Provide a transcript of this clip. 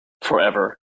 forever